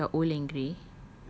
ya but until you are old and grey